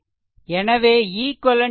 எனவே ஈக்வெலென்ட் 100